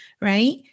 right